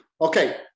Okay